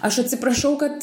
aš atsiprašau kad